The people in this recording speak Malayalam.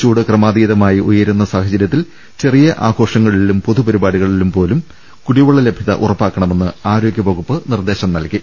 ചൂട് ക്രമാതീ തമായി ഉയരുന്ന സാഹചര്യത്തിൽ ചെറിയ ആഘോഷ ങ്ങളിലും പൊതു പരിപാടികളിലും കുടിവെള്ള ലഭൃത ഉറപ്പാക്കണമെന്ന് ആരോഗ്യവകുപ്പ് നിർദ്ദേശം നൽകി